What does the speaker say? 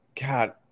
God